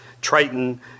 Triton